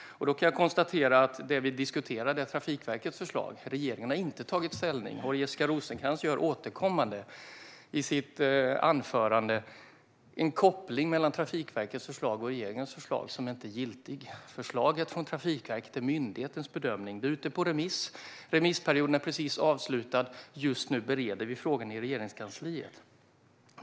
Jag kan konstatera att vi diskuterar Trafikverkets förslag. Regeringen har inte tagit ställning. Jessica Rosencrantz gör återkommande i sitt anförande en koppling mellan Trafikverkets förslag och regeringens förslag som inte är giltig. Förslaget från Trafikverket är myndighetens bedömning, och det är ute på remiss. Remissperioden är precis avslutad, och just nu bereder vi frågan i Regeringskansliet.